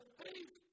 faith